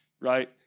right